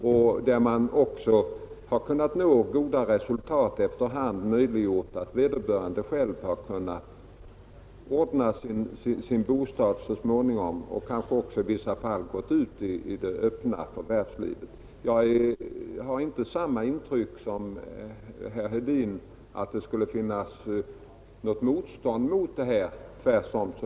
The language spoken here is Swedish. Resultaten har också varit goda, och vederbörande har efter hand själva kunnat flytta till egen bostad och i vissa fall efter en tid på verkstaden kunnat gå ut på den öppna arbetsmarknaden. Jag har alltså inte samma intryck som herr Hedin, att det skulle finnas något motstånd mot att ta med psykiskt störda eller att inrätta särskilda avdelningar.